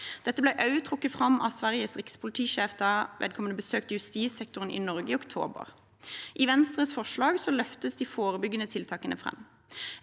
Dette ble også trukket fram av Sveriges rikspolitisjef da vedkommende besøkte justissektoren i Norge i oktober. I Venstres forslag løftes de forebyggende tiltakene fram.